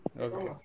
Okay